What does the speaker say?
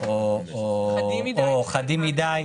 בשביל זה יש ועדה מקצועית שתחליט.